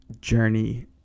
journey